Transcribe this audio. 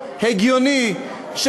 סוף כל סוף יש חוק הגיוני,